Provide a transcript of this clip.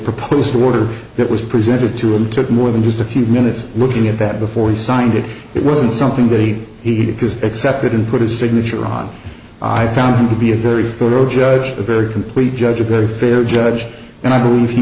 propose to order that was presented to him took more than just a few minutes looking at that before he signed it it wasn't something that he he has accepted and put his signature on i found him to be a very thorough judge a very complete judge a very fair judge and i believe he